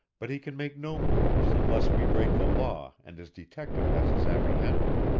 but he can make no move unless we break the law and his detective has us apprehended.